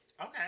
Okay